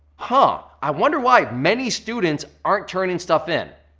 huh, i wonder why many students aren't turning stuff in?